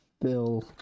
Bill